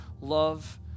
love